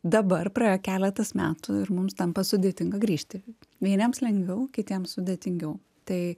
dabar praėjo keletas metų ir mums tampa sudėtinga grįžti vieniems lengviau kitiems sudėtingiau tai